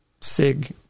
Sig